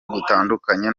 gutandukanye